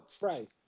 right